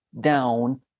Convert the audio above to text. down